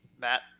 Matt